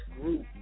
group